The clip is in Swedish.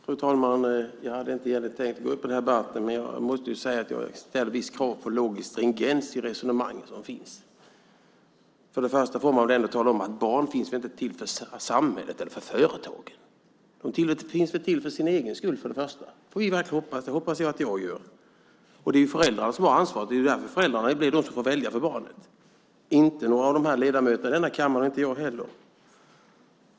Fru talman! Jag hade egentligen inte tänkt gå upp i den här debatten, men jag måste säga att jag ställer vissa krav på logisk stringens i de resonemang som finns. Först och främst får man väl ändå tala om att barn inte finns till för samhället eller för företag. De finns väl till för sin egen skull? Det får vi verkligen hoppas. Det hoppas jag att jag gör. Och det är föräldrarna som har ansvaret. Det är därför föräldrarna blir de som får välja för barnet, inte några av ledamöterna i denna kammare, inte jag heller.